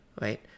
right